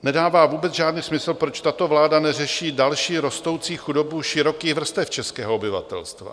Nedává vůbec žádný smysl, proč tato vláda neřeší další rostoucí chudobu širokých vrstev českého obyvatelstva.